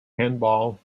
handball